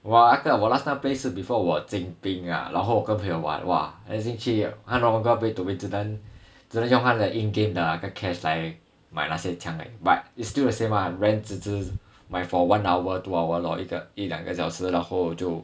!wah! 那个我 last time play 是 before 我进兵啊然后我跟朋友玩 !wah! 很有兴趣 play to win 只能用他的 in game 的那个 cash 来买那些枪 eh but is still the same ah rent 只是买 for one hour two hour lor 一个一两个小时然后就